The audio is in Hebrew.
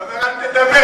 אתה אומר: אל תדבר,